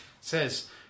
says